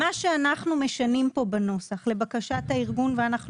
מה שאנחנו משנים כאן בנוסח לבקשת הארגון ואנחנו